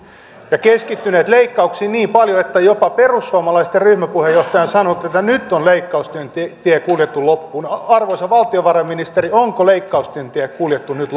ja keskittyneet leikkauksiin niin paljon että jopa perussuomalaisten ryhmäpuheenjohtaja on sanonut että nyt on leikkausten tie tie kuljettu loppuun arvoisa valtiovarainministeri onko leikkausten tie kuljettu nyt